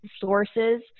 sources